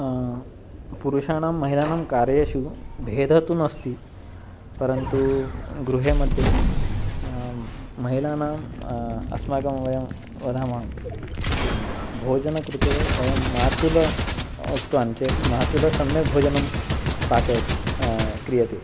पुरुषाणां महिलानां कार्येषु भेदः तु नास्ति परन्तु गृहे मध्ये महिलानाम् अस्माकं वयं वदामः किं भोजनं कृते वयं मातुलः उक्तवान् चेत् मातुलः सम्यक् भोजनं पाचयति क्रियते